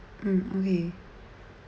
mm okay